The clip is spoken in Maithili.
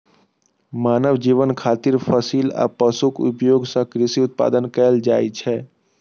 मानव जीवन खातिर फसिल आ पशुक उपयोग सं कृषि उत्पादन कैल जाइ छै